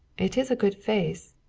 it is a good face.